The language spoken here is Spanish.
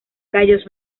gallos